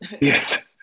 yes